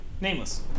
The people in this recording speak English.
Nameless